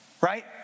Right